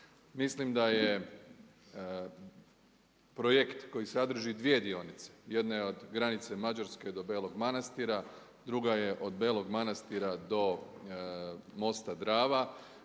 Mislim da je projekt koji sadrži dvije dionice, jedna je od granice Mađarske do Belog Manastira, druga je od Belog Manastira do mosta Drava.